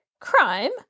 Crime